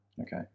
okay